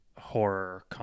horror